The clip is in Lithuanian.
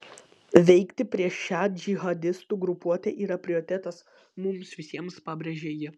veikti prieš šią džihadistų grupuotę yra prioritetas mums visiems pabrėžė ji